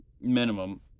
minimum